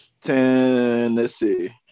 Tennessee